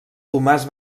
tomàs